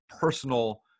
personal